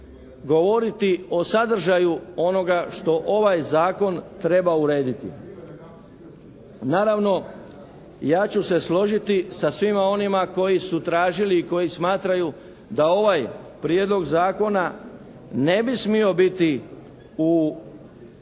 govoriti o sadržaju onoga što ovaj Zakon treba urediti. Naravno ja ću se složiti sa svima onima koji su tražili i koji smatraju da ovaj Prijedlog zakona ne bi smio biti u neskladu